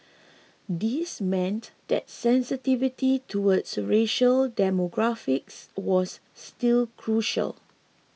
this meant that sensitivity toward racial demographics was still crucial